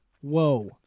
whoa